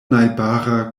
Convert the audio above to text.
najbara